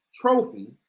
Trophy